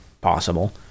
possible